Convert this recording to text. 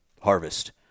harvest